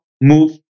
move